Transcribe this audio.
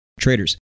Traders